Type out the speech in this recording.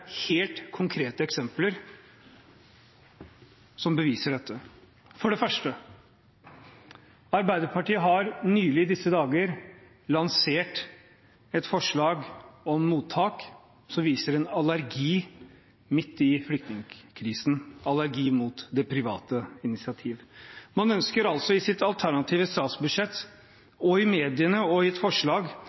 helt konkrete eksempler som beviser dette. For det første: Arbeiderpartiet har nylig lansert et forslag om mottak som viser en allergi mot det private initiativ – midt i flyktningkrisen. Man ønsker i sitt alternative statsbudsjett, i mediene og i et forslag